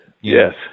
Yes